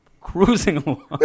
cruising